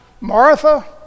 Martha